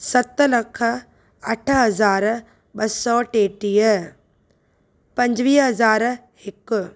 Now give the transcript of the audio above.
सत लख अठ हज़ार ॿ सौ टेटीह पंजुवीह हज़ार हिकु